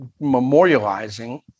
memorializing